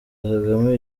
kagame